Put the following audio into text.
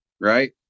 right